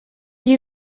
you